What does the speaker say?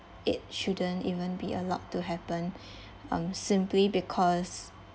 it shouldn't even be allowed to happen um simply because